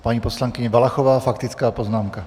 Paní poslankyně Valachová, faktická poznámka.